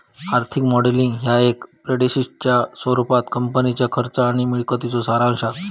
आर्थिक मॉडेलिंग ह्या एक स्प्रेडशीटच्या स्वरूपात कंपनीच्या खर्च आणि मिळकतीचो सारांश असा